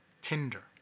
tinder